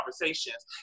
conversations